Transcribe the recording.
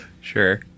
Sure